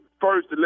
first